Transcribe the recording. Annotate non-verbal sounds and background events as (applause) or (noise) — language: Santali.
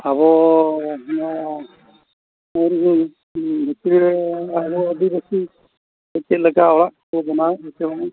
ᱟᱵᱚ ᱱᱚᱣᱟ (unintelligible) ᱟᱵᱚ ᱟᱹᱫᱤᱵᱟᱹᱥᱤ ᱪᱮᱫ ᱞᱮᱠᱟ ᱚᱲᱟᱜ ᱠᱚᱠᱚ ᱵᱮᱱᱟᱣᱮᱫ ᱜᱮᱪᱚᱝ